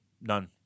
None